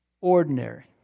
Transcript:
Ordinary